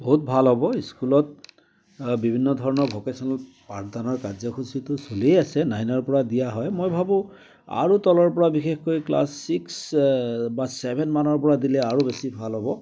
বহুত ভাল হ'ব স্কুলত বিভিন্ন ধৰণৰ ভ'কেচনেল পাঠদানৰ কাৰ্য্য়সূচীতো চলিয়েই আছে নাইনৰপৰা দিয়া হয় মই ভাবোঁ আৰু তলৰপৰা বিশেষকৈ ক্লাছ ছিক্স বা ছেভেনমানৰপৰা দিলে আৰু বেছি ভাল হ'ব